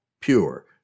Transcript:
Pure